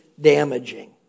damaging